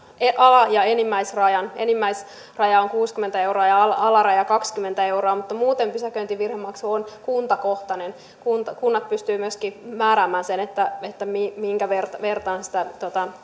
ala ja enimmäisrajan enimmäisraja on kuusikymmentä euroa ja alaraja kaksikymmentä euroa mutta muuten pysäköintivirhemaksu on kuntakohtainen kunnat kunnat pystyvät myöskin määräämään sen minkä verran sitä